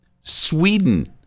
Sweden